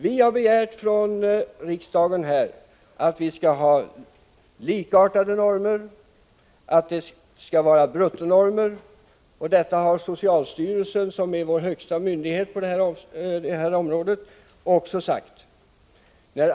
Riksdagen har begärt att vi skall få likartade normer och att dessa skall vara bruttonormer. Socialstyrelsen, som är vår högsta myndighet på detta område, har sagt detsamma.